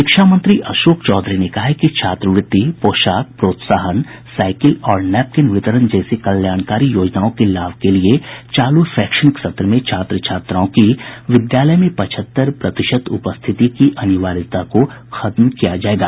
शिक्षा मंत्री अशोक चौधरी ने कहा है कि छात्रवृत्ति पोशाक प्रोत्साहन साईकिल और नैपकीन वितरण जैसी कल्याणकारी योजनाओं के लाभ के लिए चालू शैक्षणिक सत्र में छात्र छात्राओं की विद्यालय में पचहत्तर प्रतिशत उपस्थिति की अनिवार्यता को खत्म किया जायेगा